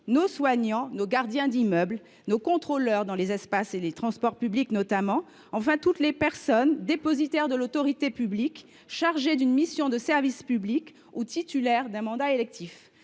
nos soignants, nos gardiens d’immeubles, nos contrôleurs, dans les espaces et les transports publics notamment, et enfin toutes les personnes dépositaires de l’autorité publique chargées d’une mission de service public ou titulaires d’un mandat électif.